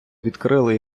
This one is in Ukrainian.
відкрили